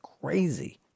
crazy